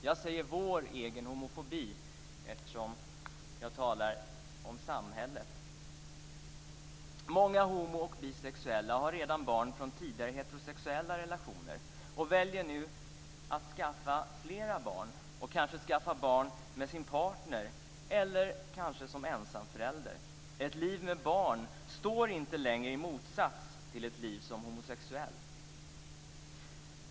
Jag säger "vår" homofobi eftersom jag talar om samhället. Många homo och bisexuella har redan barn från tidigare heterosexuella relationer och väljer nu att skaffa fler barn, kanske med sina partner, kanske som ensamföräldrar. Ett liv med barn står inte längre i motsats till ett liv som homosexuell.